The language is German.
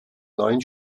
neuen